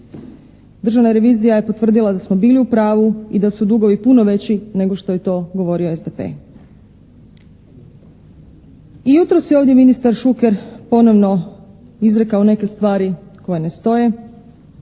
Državna revizija je potvrdila da smo bili u pravu i da su dugovi puno veći nego što je to govorio SDP. I jutros je ovdje ministar Šuker ponovno izrekao neke stvari koje ne stoje